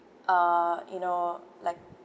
uh you know like